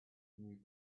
you